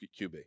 QB